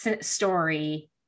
story